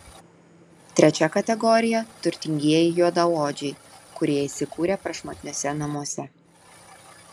trečia kategorija turtingieji juodaodžiai kurie įsikūrę prašmatniuose namuose